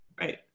Right